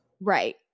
Right